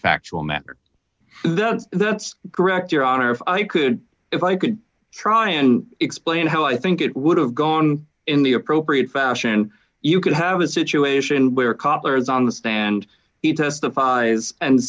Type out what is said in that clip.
factual matter that's correct your honor if i could if i could try and explain how i think it would have gone in the appropriate fashion you could have a situation where cobblers on the stand he testifies and